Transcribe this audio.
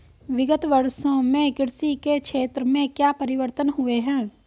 विगत वर्षों में कृषि के क्षेत्र में क्या परिवर्तन हुए हैं?